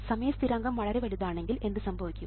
സമയ സ്ഥിരാങ്കം വളരെ വലുതാണെങ്കിൽ എന്ത് സംഭവിക്കും